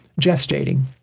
gestating